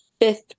fifth